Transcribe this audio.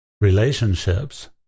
relationships